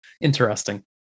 interesting